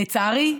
לצערי,